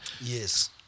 Yes